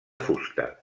fusta